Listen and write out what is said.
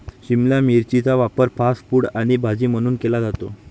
शिमला मिरचीचा वापर fast food आणि भाजी म्हणून केला जातो